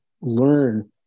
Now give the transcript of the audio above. learn